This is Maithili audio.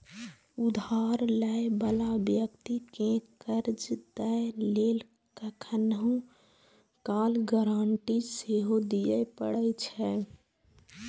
उधार लै बला व्यक्ति कें कर्ज दै लेल कखनहुं काल गारंटी सेहो दियै पड़ै छै